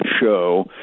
show